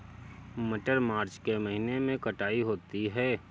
मटर मार्च के महीने कटाई होती है?